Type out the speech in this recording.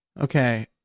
Okay